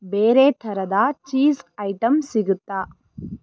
ಬೇರೆ ಥರದ cheese item ಸಿಗುತ್ತಾ